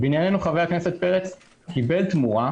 בעינינו חבר הכנסת פרץ קיבל תמורה,